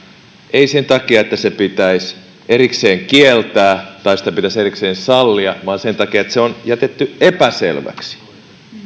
ei sen takia että se pitäisi erikseen kieltää tai sitä pitäisi erikseen sallia vaan sen takia että se on jätetty epäselväksi